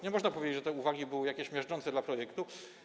Nie można powiedzieć, że te uwagi były jakieś miażdżące dla projektu.